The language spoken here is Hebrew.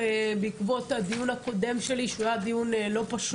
בעקבות הדיון הקודם שלי שהיה לא פשוט.